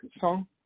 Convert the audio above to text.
song